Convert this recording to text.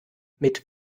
mit